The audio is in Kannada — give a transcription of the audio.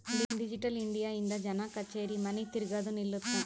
ಡಿಜಿಟಲ್ ಇಂಡಿಯ ಇಂದ ಜನ ಕಛೇರಿ ಮನಿ ತಿರ್ಗದು ನಿಲ್ಲುತ್ತ